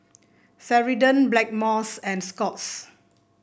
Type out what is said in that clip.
Ceradan Blackmores and Scott's